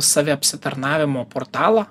saviapsitarnavimo portalą